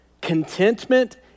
Contentment